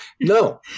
no